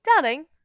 Darling